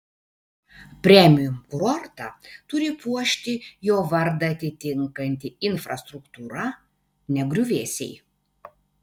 premium kurortą turi puošti jo vardą atitinkanti infrastruktūra ne griuvėsiai